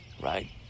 right